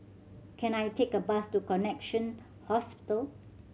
can I take a bus to Connexion Hospital